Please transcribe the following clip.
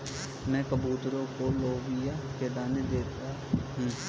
मैं कबूतरों को लोबिया के दाने दे देता हूं